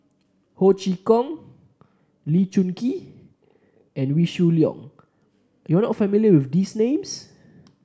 Ho Chee Kong Lee Choon Kee and Wee Shoo Leong you are not familiar with these names